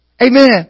Amen